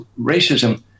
racism